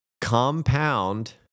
compound